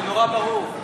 זה נורא ברור.